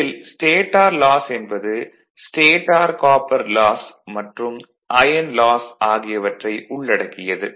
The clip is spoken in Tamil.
இதில் ஸ்டேடார் லாஸ் என்பது ஸ்டேடார் காப்பர் லாஸ் மற்றும் ஐயன் லாஸ் ஆகியவற்றை உள்ளடக்கியது